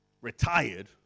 retired